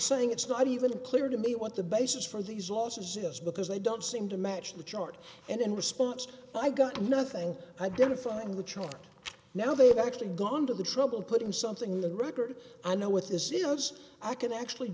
saying it's not even clear to me what the basis for these losses is because they don't seem to match the chart and in response i got nothing identifying the child now they've actually gone to the trouble of putting something in the record i know with as zeros i can actually